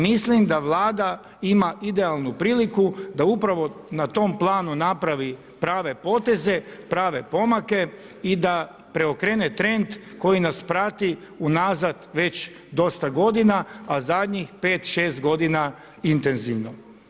Mislim da Vlada ima idealnu priliku da upravo na tom planu napravi prave poteze, prave pomake i da preokrene trend koji nas prati unazad već dosta godina, a zadnjih 5, 6 godina intenzivno.